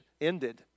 Ended